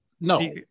No